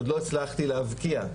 עוד לא הצלחתי להבקיע,